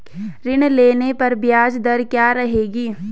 ऋण लेने पर ब्याज दर क्या रहेगी?